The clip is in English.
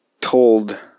told